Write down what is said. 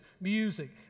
music